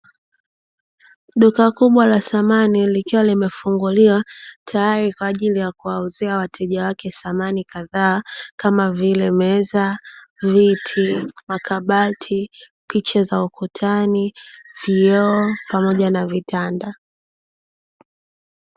Duka kubwa la samani likiwa limefunguliwa tayari kwa ajili ya kuwauzia wateja wake samani kadhaa, kama vile meza, viti, makabati, picha za ukutani, vioo pamoja na vitanda.